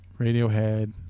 Radiohead